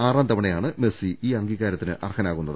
ആറാം തവണ യാണ് മെസ്സി ഈ അംഗീകാരത്തിന് അർഹനാകുന്നത്